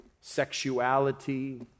sexuality